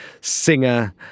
singer